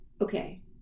Okay